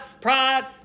pride